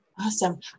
Awesome